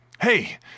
Hey